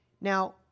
Now